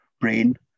brain